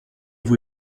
vous